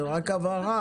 זאת רק הבהרה.